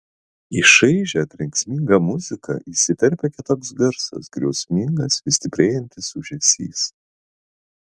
į šaižią trenksmingą muziką įsiterpia kitoks garsas griausmingas vis stiprėjantis ūžesys